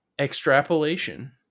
extrapolation